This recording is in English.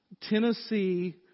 Tennessee